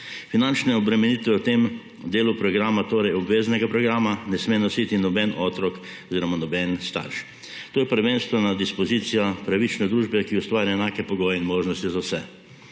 Finančne obremenitve v tem delu programa, torej obveznega programa, ne sme nositi noben otrok oziroma noben starš. To je prvenstvena dispozicija pravične družbe, ki ustvarja enake pogoje in možnosti za vse,